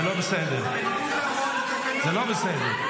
לא יכול להיות